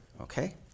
okay